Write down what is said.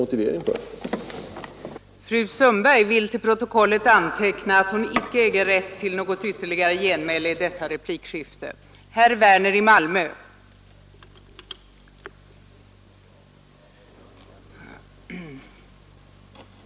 Det framgår av hennes motion.